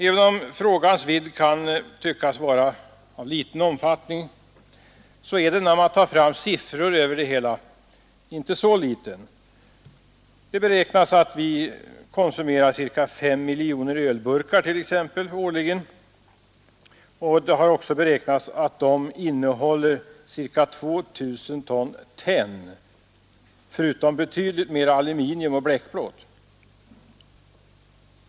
Även om frågans vidd kan tyckas vara liten visar det sig när man tar fram siffermaterial att så inte är fallet. Det beräknas att vi konsumerar t. ex, ungefär 5 miljoner ölburkar årligen, och det har också beräknats att de innehåller cirka 2 000 ton tenn, förutom betydligt mera aluminium och bleckplåt.